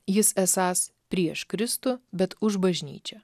jis esąs prieš kristų bet už bažnyčią